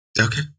Okay